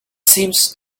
seems